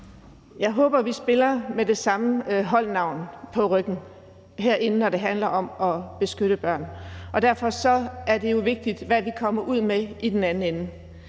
Jeg håber, vi spiller med det samme holdnavn på ryggen herinde, når det handler om at beskytte børn, og derfor er det jo vigtigt, hvad vi kommer ud med i den anden ende.